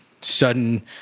sudden